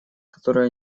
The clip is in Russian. которые